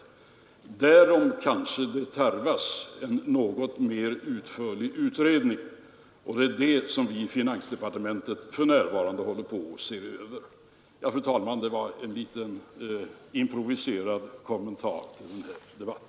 Därom tarvas det kanske en något utförligare utredning, och det är det som vi i finansdepartementet för närvarande håller på att se över. Fru talman! Detta var en något improviserad kommentar till denna debatt.